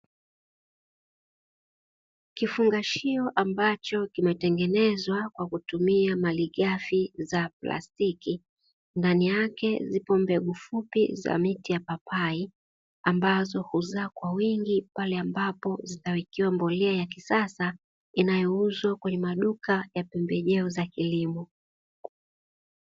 Kifungashio ambacho kimetengenezwa kwa kutumia malighafi za plastiki ndani yake zipo mbegu fupi za miti ya papai ambazo huzaa kwa wingi pale ambapo zitawekewa mbolea ya kisasa inayouzwa kwenye maduka ya pembejeo za kilimo.